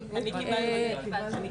קיבלתי.